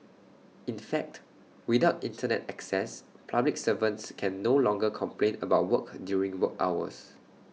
in fact without Internet access public servants can no longer complain about work during work hours